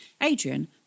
Adrian